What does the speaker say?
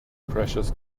precious